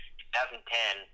2010